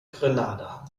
grenada